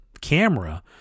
camera